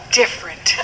different